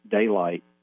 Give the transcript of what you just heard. daylight